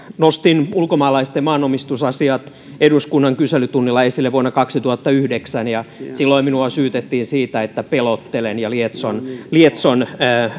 nostin ulkomaalaisten maanomistusasiat eduskunnan kyselytunnilla esille vuonna kaksituhattayhdeksän ja silloin minua syytettiin siitä että pelottelen ja lietson lietson